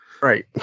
Right